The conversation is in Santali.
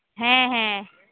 ᱦᱮᱸ ᱦᱮᱸ